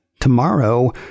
Tomorrow